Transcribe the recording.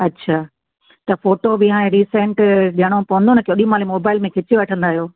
अच्छा त फ़ोटो बि हाणे रिसेंट ॾियणो पवंदो न की ओॾी महिल ई मोबाइल में खीचे वठंदा आहियो